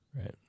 right